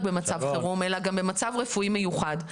במצב חירום אלא גם במצב בריאותי מיוחד,